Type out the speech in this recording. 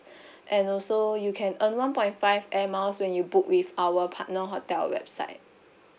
and also you can earn one point five air miles when you book with our partner hotel website